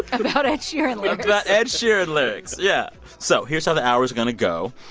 about ed sheeran lyrics about ed sheeran lyrics, yeah. so here's how the hour's going to go.